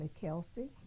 Kelsey